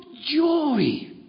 joy